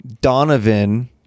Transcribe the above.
Donovan –